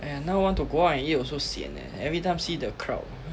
!aiya! now want to go and eat also sian eh every time see the crowd